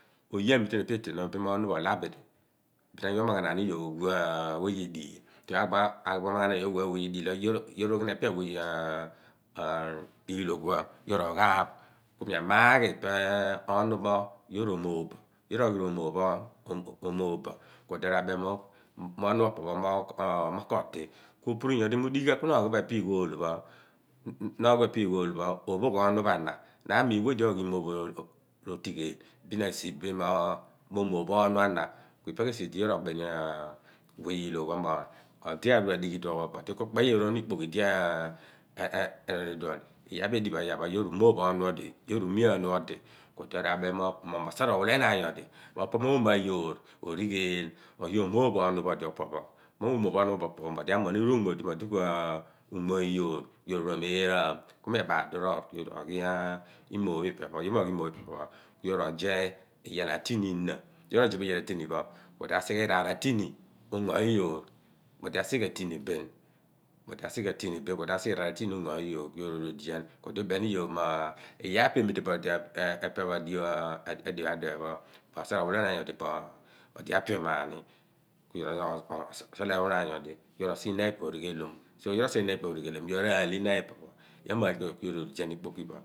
Kuoye a mite mo onupho oloabili. Kuaghi umaghanaan i yoor we i diil. Ku yoor oghi epe a we yeliloogh phoba ghaaph, ku mi amaaghi ononupho yoor omooph bo. Ku odi abem mo o popho koodi, ku opuru nyoordi mo udighi ika kuna ogbii bo e pe i ghoolpho opoogh oonupho ana ku na amiin bo we di ooghi imooph hin na aki a siph kue sidi abidi umooph bo oonu ana kuna ma ḇen bo ama bidi omoophni po na kakpe bidi ikpoki. Kuodi a kem aabereghian mo po osaar owilenaan nyodi kuolo mo oomopho a bidi o bophoghan oghi omooph onupho odii. Kuyoor oru omeeraam ku rebaal diroor. Kuo mo pho kuyoor oje liraar a tini lina ku odi a sighe oniin a tini kungho i yoor i yaal a tini kuodi ubeni i yoor i duon mo iyaar pho e pe pho emite bo ḏio pho a ḏiphe pho, mo saar owilenaan nyodi mo odi a piomari. ku yoor opham lima pho ipe pho oreghelom ku yoor aal lina phoi kuodian ikpokipho